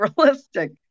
realistic